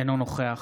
אינו נוכח